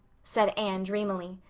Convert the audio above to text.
said anne dreamily.